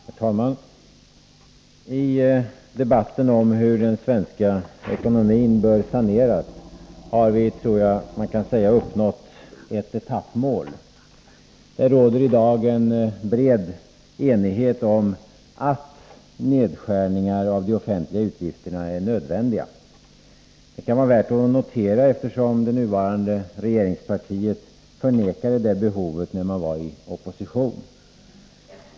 Herr talman! I debatten om hur den svenska ekonomin bör saneras har vi, tror jag man kan säga, uppnått ett etappmål. Det råder i dag en bred enighet om att nedskärningar av de offentliga utgifterna är nödvändiga. Det kan vara värt att notera, eftersom det nuvarande regeringspartiet förnekade det behovet när man var i opposition.